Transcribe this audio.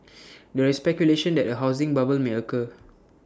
there is speculation that A housing bubble may occur